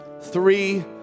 three